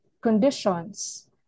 conditions